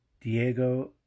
Diego